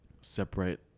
separate